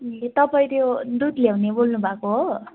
ए तपाईँ त्यो दुध ल्याउने बोल्नु भएको हो